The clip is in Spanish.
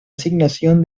asignación